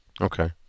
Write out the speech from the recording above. Okay